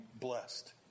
blessed